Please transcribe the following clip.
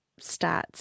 stats